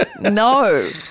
No